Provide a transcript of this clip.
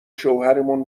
شوهرمون